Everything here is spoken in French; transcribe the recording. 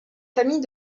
famille